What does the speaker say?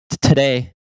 Today